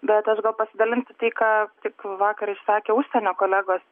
bet aš gal pasidalinsiu tai ką tik vakar išsakė užsienio kolegos